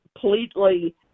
completely